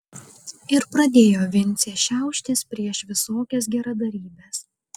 ir pradėjo vincė šiauštis prieš visokias geradarybes